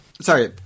Sorry